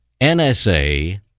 NSA